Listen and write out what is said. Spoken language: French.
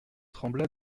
trembla